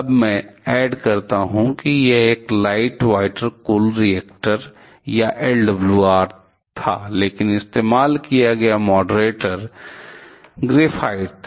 अब मै ऐड करता हु यह एक लाइट वाटर कूल रिएक्टर या LWR था लेकिन इस्तेमाल किया गया मॉडरेटर ग्रेफाइट था